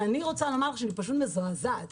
אני פשוט מזועזעת.